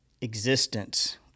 existence